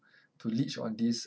to leech on these